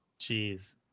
jeez